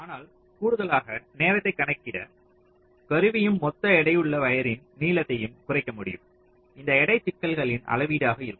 ஆனால் கூடுதலாக நேரத்தைக் கணக்கிட கருவியும் மொத்த எடையுள்ள வயரின் நீளத்தை குறைக்க முடியும் இந்த எடை சிக்கல்களின் அளவீடாக இருக்கும்